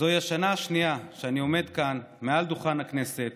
זוהי השנה השנייה שאני עומד כאן מעל דוכן הכנסת